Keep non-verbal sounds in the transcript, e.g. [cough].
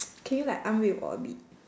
[noise] can you like 安慰我 a bit